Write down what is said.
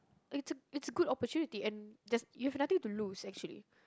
it's a it's a good opportunity and just you have nothing to lose actually